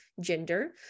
gender